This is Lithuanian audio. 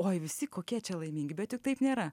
oi visi kokie čia laimingi bet juk taip nėra